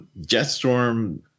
Jetstorm